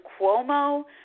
Cuomo